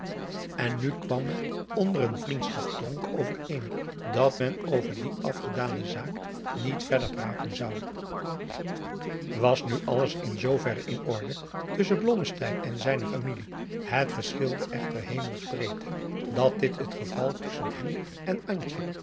en nu kwam men onder een vriendschaps dronk overeen dat men over die afgedane zaak niet verder praten zou was nu alles in zoo verre in orde tusschen blommesteyn en zijne familie het verschilde adriaan loosjes pzn het leven van johannes wouter blommesteyn echter hemelsbreedte dat dit het geval tusschen hem en